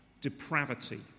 depravity